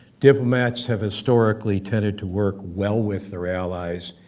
diplomats have historically tended to work well with their allies,